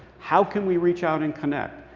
how can we reach out and connect?